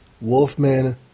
wolfman